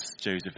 Joseph